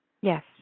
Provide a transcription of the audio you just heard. Yes